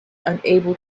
unable